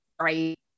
right